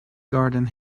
garden